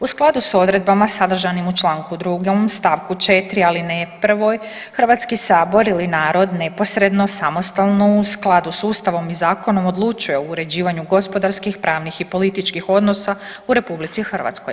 U skladu s odredbama sadržanim u Članku 2. stavku 4. alineji 1. Hrvatski sabor ili narod neposredno, samostalno u skladu s Ustavom i zakonom odlučuje o uređivanju gospodarskih, pravnih i političkih odnosa u RH.